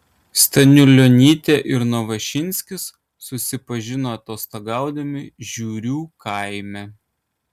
staniulionytė ir novošinskis susipažino atostogaudami žiurių kaime